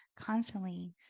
constantly